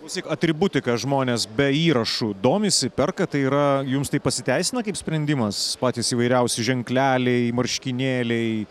klausyk atributika žmonės be įrašų domisi perka tai yra jums tai pasiteisino kaip sprendimas patys įvairiausi ženkleliai marškinėliai